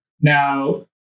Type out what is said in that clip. Now